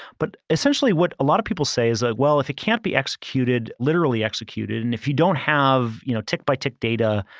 but essentially what a lot of people say is, like well, if it can't be executed, literally executed, and if you don't have you know tick by tick data,